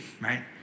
right